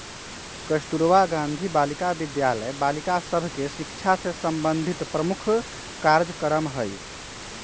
कस्तूरबा गांधी बालिका विद्यालय बालिका सभ के शिक्षा से संबंधित प्रमुख कार्जक्रम हइ